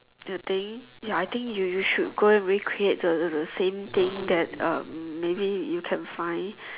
you think ya I think you you should go recreate the the the same thing that um maybe you can find